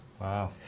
Wow